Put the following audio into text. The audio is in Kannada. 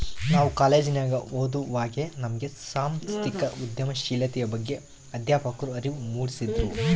ನಾವು ಕಾಲೇಜಿನಗ ಓದುವಾಗೆ ನಮ್ಗೆ ಸಾಂಸ್ಥಿಕ ಉದ್ಯಮಶೀಲತೆಯ ಬಗ್ಗೆ ಅಧ್ಯಾಪಕ್ರು ಅರಿವು ಮೂಡಿಸಿದ್ರು